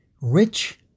Rich